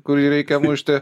kurį reikia mušti